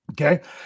Okay